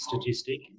statistic